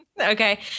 Okay